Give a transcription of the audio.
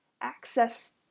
access